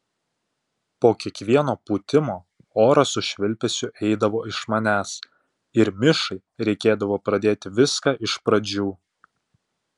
po kiekvieno pūtimo oras su švilpesiu eidavo iš manęs ir mišai reikėdavo pradėti viską iš pradžių